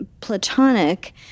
platonic